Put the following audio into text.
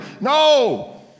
No